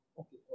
Okay